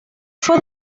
fue